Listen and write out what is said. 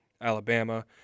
Alabama